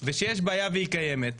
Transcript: וכשיש בעיה והיא קיימת,